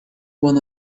when